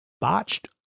botched